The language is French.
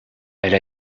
elle